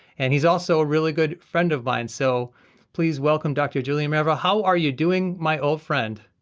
and he's also a really good friend of mine, so please welcome dr. julien mirivel, how are you doing my old friend?